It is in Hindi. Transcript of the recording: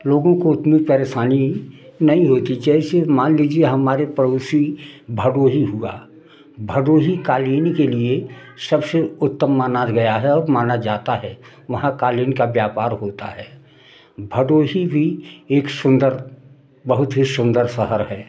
लोगों को इतनी परेशानी नहीं होती जैसे मान लीजिए हमारे पड़ोसी भदोही हुआ भदोही कालीन के लिए सबसे उत्तम माना गया है माना जाता है वहाँ कालीन का व्यापार होता है भदोही भी एक सुंदर बहुत ही सुंदर शहर है